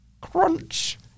crunch